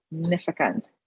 significant